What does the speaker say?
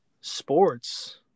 sports